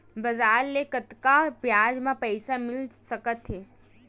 बजार ले कतका ब्याज म पईसा मिल सकत हे?